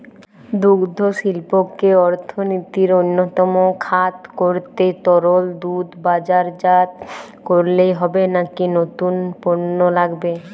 দুগ্ধশিল্পকে অর্থনীতির অন্যতম খাত করতে তরল দুধ বাজারজাত করলেই হবে নাকি নতুন পণ্য লাগবে?